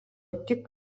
tik